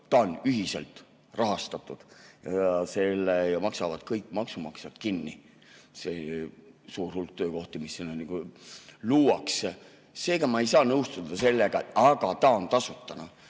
Ta on ühiselt rahastatud, selle maksavad kõik maksumaksjad kinni – see suur hulk töökohti, mis luuakse. Seega ma ei saa nõustuda sellega, et aga see on tasuta.